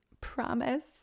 promise